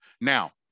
now